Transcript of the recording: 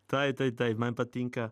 taip taip taip man patinka